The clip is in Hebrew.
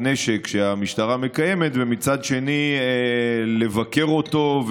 נשק שהמשטרה מקיימת ומצד שני לבקר אותו,